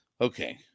Okay